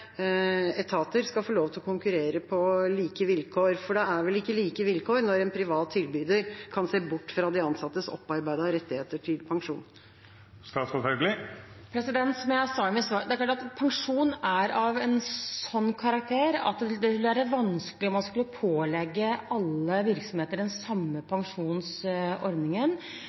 etater skal få lov til å konkurrere på like vilkår? For det er vel ikke like vilkår når en privat tilbyder kan se bort fra de ansattes opparbeidede rettigheter til pensjon? Som jeg sa i mitt svar: Det er klart at pensjon er av en sånn karakter at det vil være vanskelig om man skulle pålegge alle virksomheter den samme pensjonsordningen,